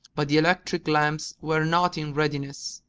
but the electric lamps were not in readiness.